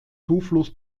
zufluss